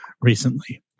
recently